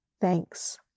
Thanks